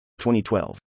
2012